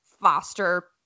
foster